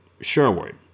Sherwood